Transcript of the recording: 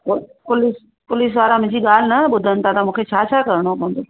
पोइ police police वारा मुंहिंजी ॻाल्हि न ॿुधनि था त मूंखे छा छा करिणो पवंदो